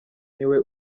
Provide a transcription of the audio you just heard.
niwe